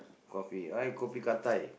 coffee I kopi Ga Dai